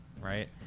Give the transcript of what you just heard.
right